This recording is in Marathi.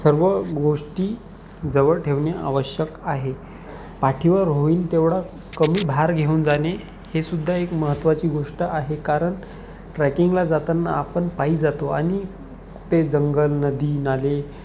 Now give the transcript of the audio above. सर्व गोष्टी जवळ ठेवणे आवश्यक आहे पाठीवर होईल तेवढा कमी भार घेऊन जाणे हे सुुद्धा एक महत्त्वाची गोष्ट आहे कारण ट्रॅकिंगला जाताना आपण पायी जातो आणि ते जंगल नदी नाले